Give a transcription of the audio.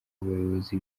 abayobozi